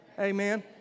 Amen